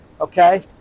okay